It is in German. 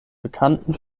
bekannten